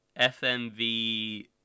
FMV